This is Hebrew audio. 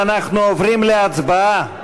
אנחנו עוברים להצבעה.